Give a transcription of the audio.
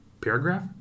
paragraph